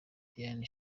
diane